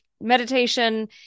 meditation